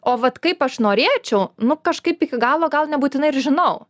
o vat kaip aš norėčiau nu kažkaip iki galo gal nebūtinai ir žinau